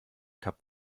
kap